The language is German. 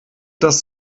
dass